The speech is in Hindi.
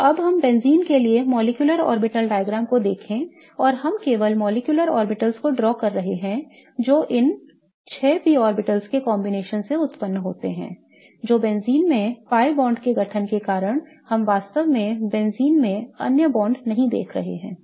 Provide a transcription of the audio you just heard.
तो अब हम बेंजीन के लिए molecular orbital diagrams को देखें और हम केवल आणविक कक्षाओं को ड्रा कर रहे हैं जो कि इन छह p ऑर्बिटल्स के combination से उत्पन्न होते हैं जो बेंजीन में pi बांड के गठन के कारण हैं हम वास्तव में बेंजीन में अन्य बांड नहीं देख रहे हैं